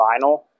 vinyl